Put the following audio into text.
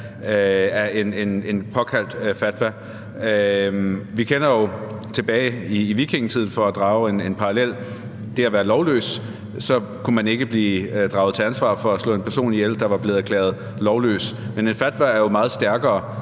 af en udstedt fatwa. Vi kender fra vikingetiden – for at drage en parallel – til det at være lovløs. Man kunne ikke blive draget til ansvar for at slå en person ihjel, der var blevet erklæret lovløs, men en fatwa er jo meget stærkere.